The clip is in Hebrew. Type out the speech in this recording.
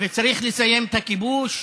מדינת ישראל אומרת: